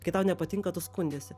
kai tau nepatinka tu skundiesi